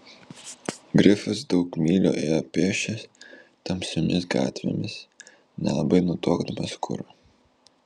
grifas daug mylių ėjo pėsčias tamsiomis gatvėmis nelabai nutuokdamas kur